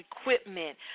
equipment